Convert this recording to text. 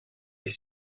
est